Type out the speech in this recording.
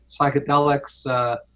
Psychedelics